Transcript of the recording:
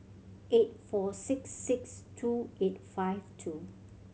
eight four six six two eight five two